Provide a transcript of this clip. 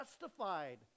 justified